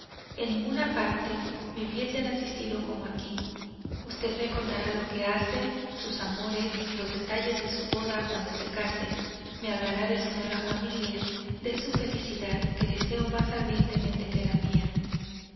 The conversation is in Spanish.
en ninguna parte me hubiesen asistido como aquí usted me contará lo que hace sus amores los detalles de su boda cuando se case me hablará de su nueva familia de su felicidad que deseo más ardientemente que la mía